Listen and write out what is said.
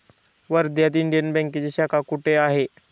वर्ध्यात इंडियन बँकेची शाखा कुठे आहे?